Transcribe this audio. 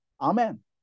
Amen